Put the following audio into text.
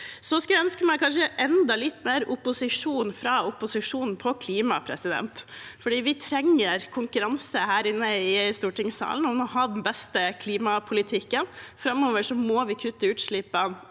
Så skulle jeg kanskje ønske meg enda litt mer opposisjon fra opposisjonen på klima, for vi trenger konkurranse her inne i stortingssalen om å ha den beste klimapolitikken. Framover må vi kutte utslippene